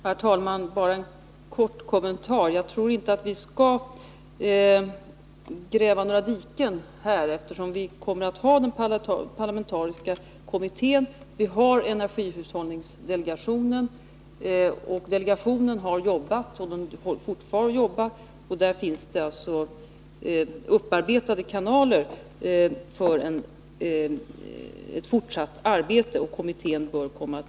Herr talman! Bara en kort kommentar: Jag tror inte att vi skall gräva några diken här. Vi kommer ju att ha den parlamentariska kommittén — och den bör komma till stånd så fort som möjligt. Och vi har energihushållningsdelegationen, som har jobbat och fortsätter att jobba och där det finns upparbetade kanaler för det fortsatta arbetet.